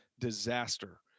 disaster